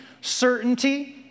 certainty